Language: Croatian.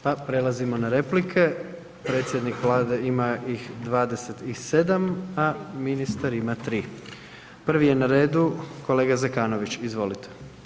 Pa prelazimo na replike, predsjednik vlade ima ih 27, a ministar ima 3. Prvi je na redu kolega Zekanović, izvolite.